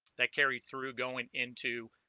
that carried through going into